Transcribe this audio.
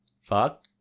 Fuck